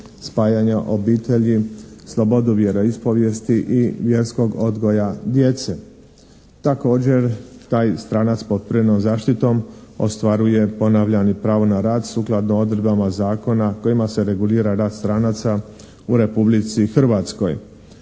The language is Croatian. spajanje obitelji. Slobodu vjeroispovijesti i vjerskog odgoja djece. Također taj stranac pod privremenom zaštitom ostvaruje ponavljam i pravo na rad sukladno odredbama zakona kojima se regulira rad stranaca u Republici Hrvatskoj.